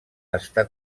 està